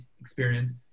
experience